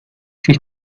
sich